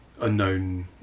unknown